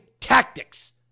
tactics